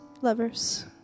lovers